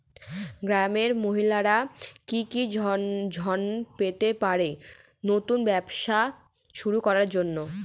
গ্রামের মহিলারা কি কি ঋণ পেতে পারেন নতুন ব্যবসা শুরু করার জন্য?